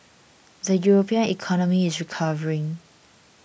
the European economy is recovering